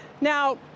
Now